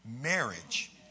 marriage